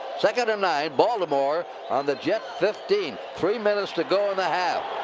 second and nine. baltimore on the jet fifteen. three minutes to go in the half.